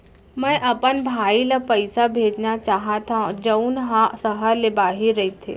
मै अपन भाई ला पइसा भेजना चाहत हव जऊन हा सहर ले बाहिर रहीथे